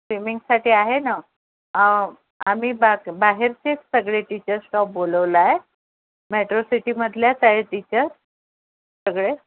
स्विमिंगसाठी आहे ना आम्ही बा बाहेरचेच सगळे टीचर्स स्टॉफ बोलवला आहे मेट्रो सिटीमधल्याच आहे टीचर्स सगळे